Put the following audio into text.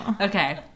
Okay